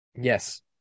yes